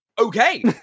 okay